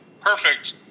perfect